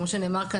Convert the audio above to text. כמו שנאמר כאן,